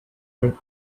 her